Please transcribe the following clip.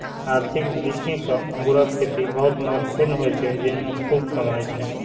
आर्थिक दृष्टि सं अंगूरक खेती बहुत महत्वपूर्ण होइ छै, जेइमे खूब कमाई छै